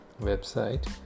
website